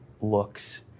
looks